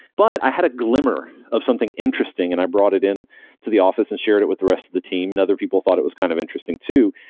but i had a glimmer of something interesting and i brought it in to the office and shared it with the rest of the team and other people thought it was kind of interesting too.